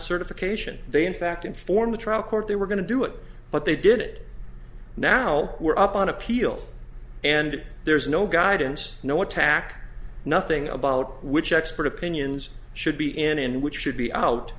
certification they in fact inform the trial court they were going to do it but they did it now were up on appeal and there's no guidance no what tack nothing about which expert opinions should be in and which should be out